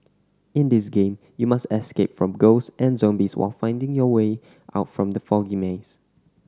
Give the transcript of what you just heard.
in this game you must escape from ghosts and zombies while finding your way out from the foggy maze